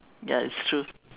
ya it's true